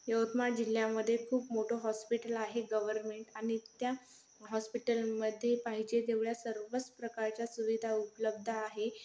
यवतमाळ जिल्ह्यामध्ये खूप मोठं हॉस्पिटल आहे गव्हर्नमेंट आणि त्या हॉस्पिटलमध्ये पाहिजे तेवढ्या सर्वच प्रकारच्या सुविधा उपलब्ध आहे